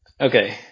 Okay